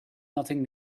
nothing